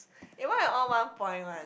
eh why I all one point [one]